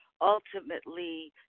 Ultimately